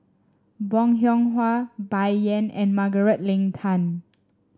Bong Hiong Hwa Bai Yan and Margaret Leng Tan